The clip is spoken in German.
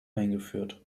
eingeführt